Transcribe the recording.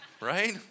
right